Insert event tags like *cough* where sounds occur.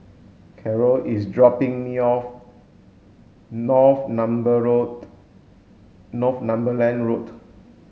Karol is dropping me off *unintelligible* Road Northumberland Road